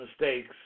mistakes